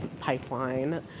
pipeline